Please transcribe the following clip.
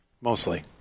mostly